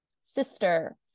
sister